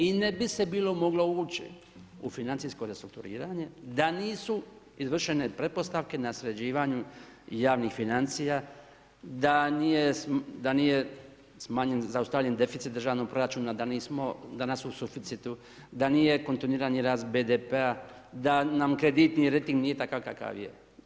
I ne bi se bilo moglo ući u financijsko restrukturiranje da nisu izvršene pretpostavke na sređivanju javnih financija, da nije zaustavljen deficit državnog proračuna, danas smo u suficitu, da nije kontinuirani rast BDP-a, da nam krediti i rejting nije takav kakav je.